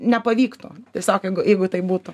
nepavyktų tiesiog jeigu jeigu taip būtų